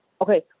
Okay